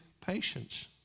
patience